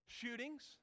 shootings